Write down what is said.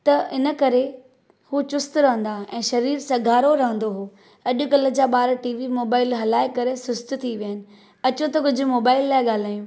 त इन करे हू चुस्तु रहंदा हुआ ऐं शरीर सघारो रहंदो हुओ अॼुकल्ह जा बार टी वी मोबाइल हलाइ करे सुस्तु थी विया आहिनि अचो त कुझु मोबाइल लाइ ॻाल्हायूं